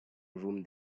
room